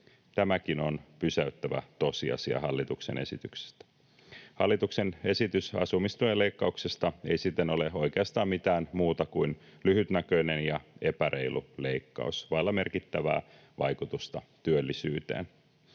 Tämäkin on pysäyttävä tosiasia hallituksen esityksestä. Hallituksen esitys asumistuen leikkauksesta ei siten ole oikeastaan mitään muuta kuin lyhytnäköinen ja epäreilu leikkaus vailla merkittävää vaikutusta työllisyyteen.